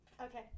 Okay